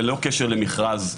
ללא קשר למכרז,